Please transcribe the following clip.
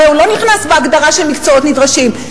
הרי הוא לא נכנס בהגדרה של מקצועות נדרשים.